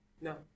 No